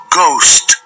ghost